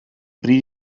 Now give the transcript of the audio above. bryd